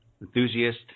enthusiast